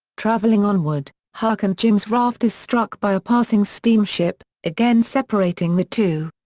travelling onward, huck and jim's raft is struck by a passing steamship, again separating the two.